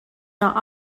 not